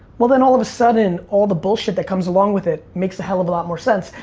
well, then all of a sudden all the bull shit that comes along with it makes a hell of a lot more sense.